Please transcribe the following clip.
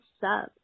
sub